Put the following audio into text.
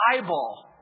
Bible